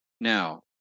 Now